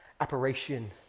apparition